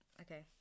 Okay